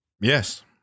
Yes